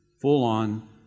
full-on